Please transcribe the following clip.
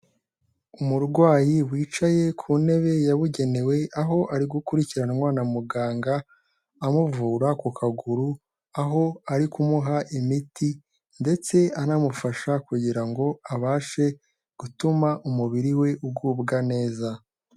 Umurwayi wicaye ku ntebe yabugenewe aho ari gukurikiranwa na muganga amuvura ku kaguru, aho ari kumuha imiti ndetse anamufasha kugirango abashe gutuma umubiri we ugubwa neza.